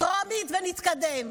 טרומית ונתקדם.